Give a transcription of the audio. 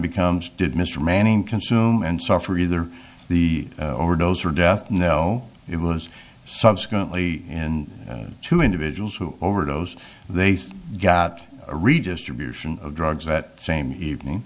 becomes did mr manning consume and suffer either the overdose or death no it was subsequently in two individuals who overdosed they still got a redistribution of drugs that same evening